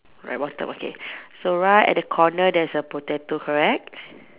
alright bottom okay so right at the corner there's a potato correct